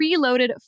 preloaded